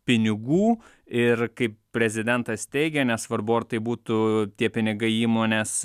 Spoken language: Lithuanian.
pinigų ir kaip prezidentas teigė nesvarbu ar tai būtų tie pinigai įmonės